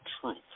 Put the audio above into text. truth